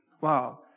Wow